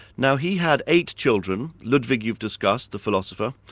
now he had eight children, ludwig you've discussed, the philosopher.